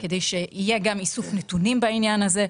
כדי שיהיה גם איסוף נתונים בעניין הזה.